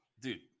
dude